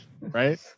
right